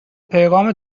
پیغام